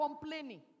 complaining